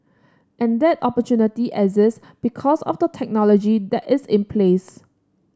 and that opportunity exists because of the technology that is in place